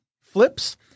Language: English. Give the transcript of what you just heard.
flips